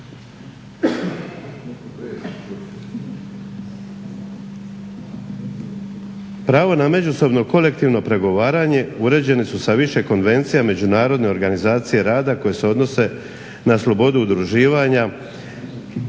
Pravo na međusobno kolektivno pregovaranje uređeni su sa više Konvencija Međunarodne organizacije rada koje se odnose na slobodu udruživanja.